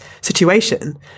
situation